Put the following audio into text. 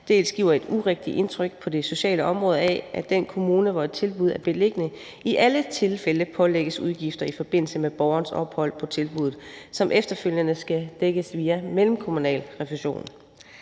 dels giver et urigtigt indtryk på det sociale område af, at den kommune, hvor et tilbud er beliggende, i alle tilfælde pålægges udgifter i forbindelse med borgerens ophold på tilbuddet, som efterfølgende skal dækkes via mellemkommunal refusion.